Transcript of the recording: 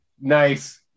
Nice